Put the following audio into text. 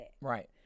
Right